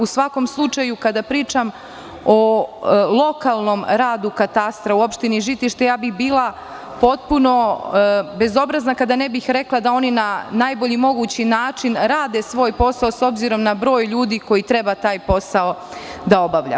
U svakom slučaju, kada pričam o lokalnom radu katastra u opštini Žitište, bila bih potpuno bezobrazna kada ne bih rekla da oni na najbolji mogući način rade svoj posao, s obzirom na broj ljudi koji treba taj posao da obavlja.